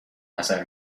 نظر